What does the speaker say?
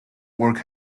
work